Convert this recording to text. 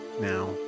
now